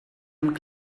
amb